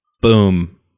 boom